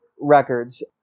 records